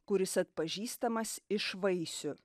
kuris atpažįstamas iš vaisių